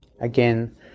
Again